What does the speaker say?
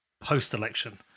post-election